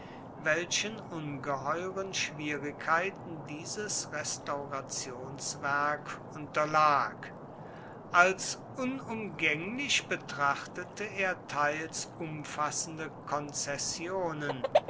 welchen ungeheuren schwierigkeiten dieses restaurationswerk unterlag als unumgänglich betrachtete er teils umfassende konzessionen